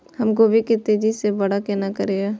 हम गोभी के तेजी से बड़ा केना करिए?